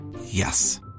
Yes